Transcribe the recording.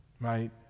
right